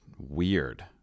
weird